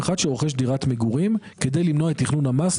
אם עושים תיקון צריך לעשות תיקון גם על זה.